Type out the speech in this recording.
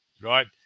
Right